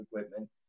equipment